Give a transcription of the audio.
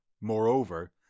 Moreover